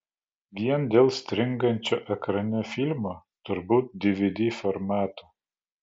vien dėl stringančio ekrane filmo turbūt dvd formato